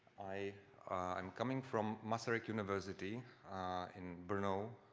i am coming from masaryk university in burno,